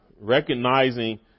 recognizing